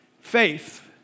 Faith